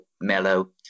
mellow